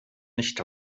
nicht